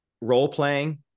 Role-playing